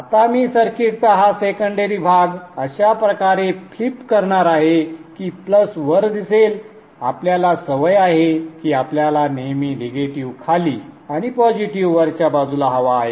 आता मी सर्किटचा हा सेकंडरी भाग अशाप्रकारे फ्लिप करणार आहे की प्लस वर दिसेल आपल्याला सवय आहे की आपल्याला नेहमी निगेटिव्ह खाली आणि पॉझिटिव्ह वरच्या बाजूला हवा आहे